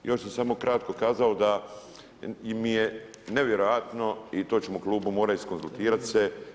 Još bi samo kratko kazao da mi je nevjerojatno i to ćemo u klubu morat iskonzultirat se.